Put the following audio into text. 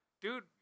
Dude